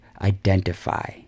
identify